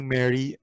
Mary